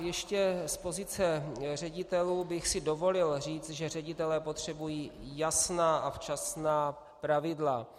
Ještě z pozice ředitelů bych si dovolil říct, že ředitelé potřebují jasná a včasná pravidla.